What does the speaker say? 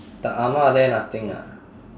the ah ma there nothing ah